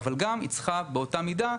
אבל באותה מידה,